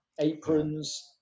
aprons